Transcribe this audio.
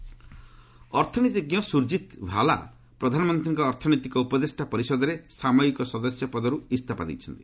ସୁରକିତ୍ ଅର୍ଥନୀତିଜ୍ଞ ସୁରଜିତ ଭାଲା ପ୍ରଧାନମନ୍ତ୍ରୀଙ୍କ ଅର୍ଥନୈତିକ ଉପଦେଷ୍ଟା ପରିଷଦରେ ସାମୟିକ ସଦସ୍ୟ ପଦରୁ ଇସ୍ତଫା ଦେଇଛନ୍ତି